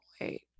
wait